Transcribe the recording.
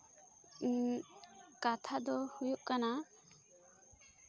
ᱠᱟᱛᱷᱟ ᱫᱚ ᱦᱩᱭᱩᱜ ᱠᱟᱱᱟ